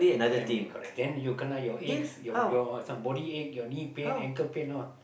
family correct then you kena your aches your your some body ache your knee pain ankle pain all